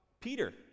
Peter